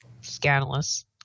scandalous